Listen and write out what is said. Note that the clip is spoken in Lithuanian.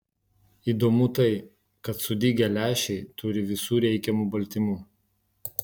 įdomu tai kad sudygę lęšiai turi visų reikiamų baltymų